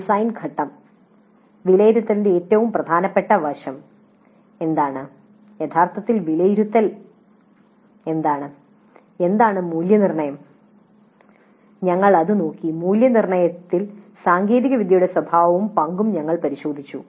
design ഘട്ടം വിലയിരുത്തലിന്റെ ഏറ്റവും പ്രധാനപ്പെട്ട വശം എന്താണ് യഥാർത്ഥത്തിൽ വിലയിരുത്തൽ എന്താണ് മൂല്യനിർണ്ണയം ഞങ്ങൾ അത് നോക്കി മൂല്യനിർണ്ണയത്തിൽ സാങ്കേതികവിദ്യയുടെ സ്വഭാവവും പങ്കും ഞങ്ങൾ പരിശോധിച്ചു